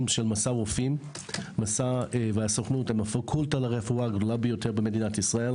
של מסע רופאים והסוכנות עם הפקולטה לרפואה הגדולה ביותר במדינת ישראל.